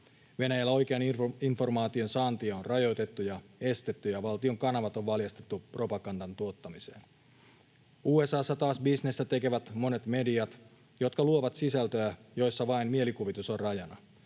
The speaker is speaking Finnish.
Venäjällä oikean informaation saantia on rajoitettu ja estetty, ja valtion kanavat on valjastettu propagandan tuottamiseen. USA:ssa taas bisnestä tekevät monet mediat, jotka luovat sisältöä, joissa vain mielikuvitus on rajana.